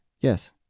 Yes